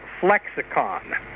flexicon